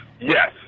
Yes